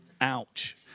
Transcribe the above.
Ouch